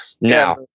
now